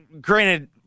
granted